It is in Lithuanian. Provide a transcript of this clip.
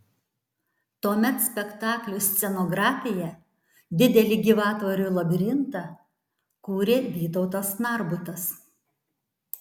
tuomet spektakliui scenografiją didelį gyvatvorių labirintą kūrė vytautas narbutas